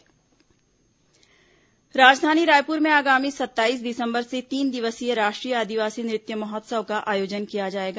आदिवासी नृत्य महोत्सव राजधानी रायपुर में आगामी सत्ताईस दिसंबर से तीन दिवसीय राष्ट्रीय आदिवासी नृत्य महोत्सव का आयोजन किया जाएगा